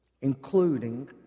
including